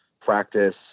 practice